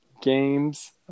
games